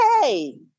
hey